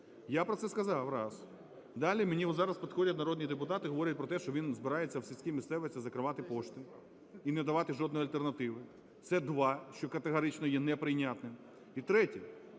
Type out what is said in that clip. Я про це сказав – раз. Далі мені підходять зараз народні депутати і говорять, про те, що він збирається в сільській місцевості закривати пошти і не давати жодної альтернативи. Це два, що категорично є не прийнятним. І, третє,